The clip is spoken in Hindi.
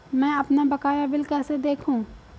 मैं अपना बकाया बिल कैसे देखूं?